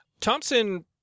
Thompson